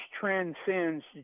transcends